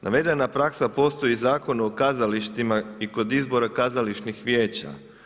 Navedena praksa postoji u Zakonu o kazalištima i kod izbora kazališnih vijeća.